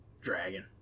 dragon